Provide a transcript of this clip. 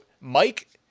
Mike